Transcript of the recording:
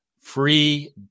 free